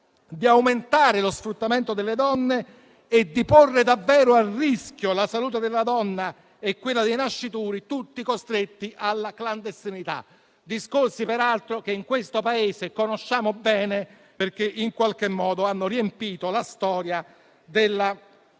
di aumentare lo sfruttamento delle donne e di porre davvero a rischio la salute della donna e quella dei nascituri, tutti costretti alla clandestinità. Sono discorsi, peraltro, che in questo Paese conosciamo bene perché hanno riempito la storia della nostra